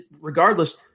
regardless